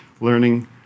Learning